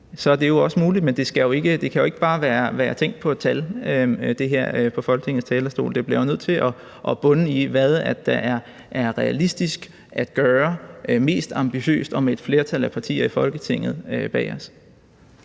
er det jo også muligt. Men det kan jo ikke bare være en tænk på et tal-leg fra Folketingets talerstol. Det bliver jo nødt til at bunde i, hvad der er realistisk at gøre – mest ambitiøst og med et flertal af partier i Folketinget bag os.